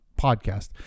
podcast